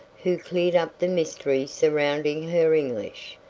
who cleared up the mystery surrounding her english.